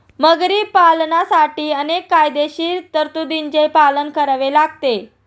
मगरी पालनासाठी अनेक कायदेशीर तरतुदींचे पालन करावे लागते